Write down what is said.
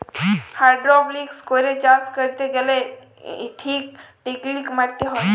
hydroponics করে চাষ ক্যরতে গ্যালে ঠিক টেকলিক মলতে হ্যয়